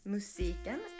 Musiken